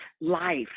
life